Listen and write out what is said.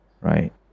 right